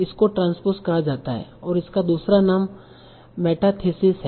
इसको ट्रांसपोज़ कहा जाता है इसका दूसरा नाम मेटाथीसिस है